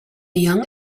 young